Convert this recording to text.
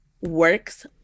works